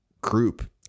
group